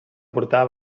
portava